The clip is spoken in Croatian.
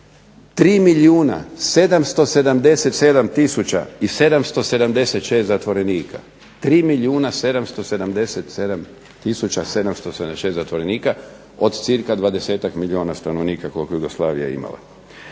3 milijuna 777 tisuća 776 zatvorenika od cca 20-ak milijuna stanovnika koliko je Jugoslavija imala.